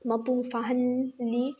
ꯃꯄꯨꯡ ꯐꯥꯍꯜꯂꯤ